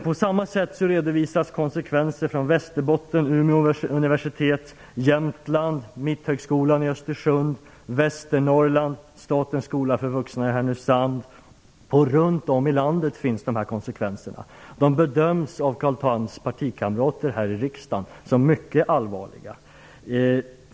På samma sätt redovisas konsekvenser från Västerbotten, Umeå universitet, från Jämtland, Mitthögskolan i Östersund, från Västernorrland, Statens skola för vuxna i Härnösand. Runt om i landet finns dessa konsekvenser. De bedöms av Carl Thams partikamrater här i riksdagen som mycket allvarliga.